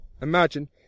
Imagine